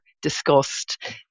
discussed